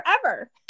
forever